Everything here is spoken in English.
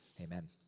Amen